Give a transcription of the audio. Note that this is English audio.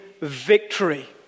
victory